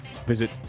Visit